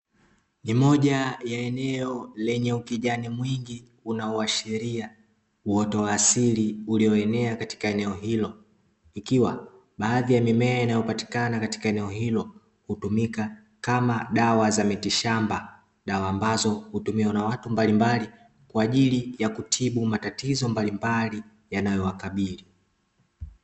Ni moja ya eneo lenye ukijani mwingi unaoashiria uoto wa asili ulioenea katika eneo hilo, ikiwa baadhi ya mimea inayopatikana katika eneo hilo hutumika kama dawa za mitishamba ,dawa ambazo hutumiwa na watu mbalimbali kwa ajili ya kutibu matatizo mbalimbali yanayowakabili.